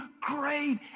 great